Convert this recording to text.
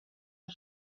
cry